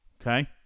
okay